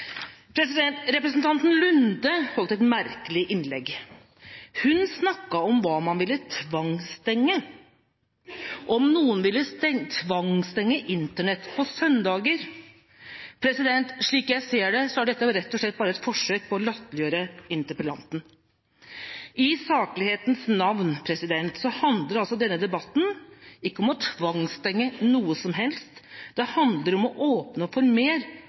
Representanten Nordby Lunde holdt et merkelig innlegg. Hun snakket om hva man ville tvangsstenge – at noen ville tvangsstenge Internett på søndager. Slik jeg ser det, er dette rett og slett bare et forsøk på å latterliggjøre interpellanten. I saklighetens navn handler altså denne debatten ikke om å tvangsstenge noe som helst; det handler om å åpne opp for mer